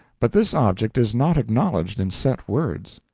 but this object is not acknowledged in set words.